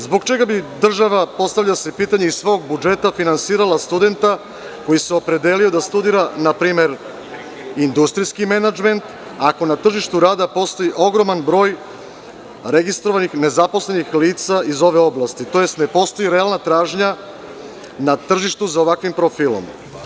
Zbog čega bi država, postavlja se pitanje, iz svog budžeta finansirala studenta koji se opredelio da studira industrijski menadžment, ako na tržištu rada postoji ogroman broj registrovanih nezaposlenih lica iz ove oblasti, to jest ne postoji realna tražnja na tržištu za ovakvim profilom?